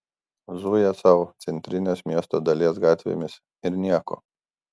zuja sau centrinės miesto dalies gatvėmis ir nieko